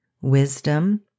wisdom